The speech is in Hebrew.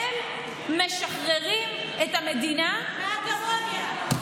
הם משחררים את המדינה מההגמוניה.